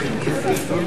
כהצעת הוועדה, נתקבלו.